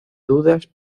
dudas